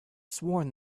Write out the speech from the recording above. sworn